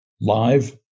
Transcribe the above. live